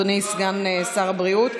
אדוני סגן שר הבריאות.